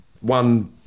one